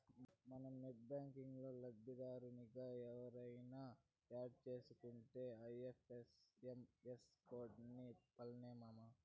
మనం నెట్ బ్యాంకిల్లో లబ్దిదారునిగా ఎవుర్నయిన యాడ్ సేసుకుంటే ఐ.ఎఫ్.ఎం.ఎస్ కోడ్తో పన్లే మామా